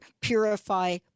purify